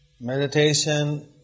meditation